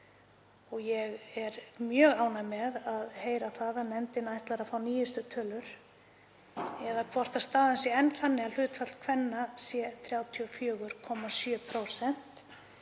Ég er mjög ánægð með að heyra að nefndin ætlar að fá nýjustu tölur, hvort staðan sé enn þannig að hlutfall kvenna sé 34,7%